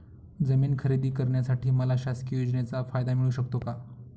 जमीन खरेदी करण्यासाठी मला शासकीय योजनेचा फायदा मिळू शकतो का?